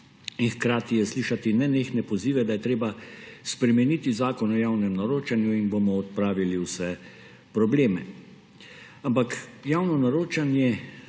hkrati je slišati nenehne pozive, da je treba spremeniti Zakon o javnem naročanju in bomo odpravili vse probleme. Ampak javno naročanje